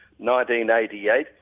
1988